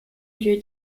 lieu